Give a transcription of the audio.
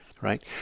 right